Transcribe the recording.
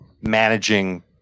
managing